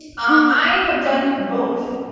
i have done both.